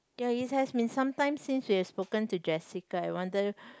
ya it has been sometime since we have spoken to Jessica I wonder